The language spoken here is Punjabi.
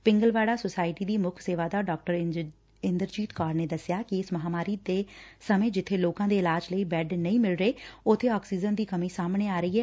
ਪਿੰਗਲਵਾੜਾ ਸੁਸਾਇਟੀ ਦੀ ਮੁਖ ਸੇਵਾਦਾਰ ਡਾ ਇੰਦਰਜੀਤ ਕੌਰ ਨੇ ਦਸਿਆ ਕਿ ਇਸ ਮਹਾਮਾਰੀ ਦੇ ਸਮੇ ਜਿਬੇ ਲੋਕਾਂ ਦੇ ਇਲਾਜ ਲਈ ਬੈਡ ਨਹੀ ਮਿਲ ਰਹੇ ਉਬੇ ਆਕਸੀਜਨ ਦੀ ਕਮੀ ਸਾਹਮਣੇ ਆ ਰਹੀ ਏ